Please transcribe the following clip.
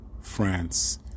France